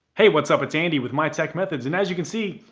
hey, what's up? it's andy with mytechmethods. and as you can see,